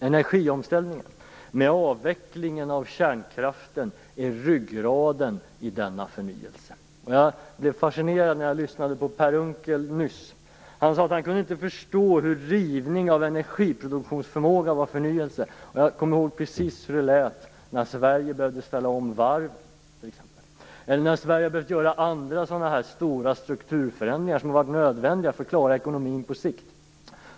Energiomställningen, med avvecklingen av kärnkraften, är ryggraden i denna förnyelse. Jag blev fascinerad när jag nyss lyssnade på Per Unckel. Han kunde inte förstå hur rivning av energiproduktionskapacitet var förnyelse. Jag kommer ihåg precis hur det har låtit när Sverige har behövt ställa om varv eller göra andra stora strukturförändringar som har varit nödvändiga för att klara ekonomin på sikt.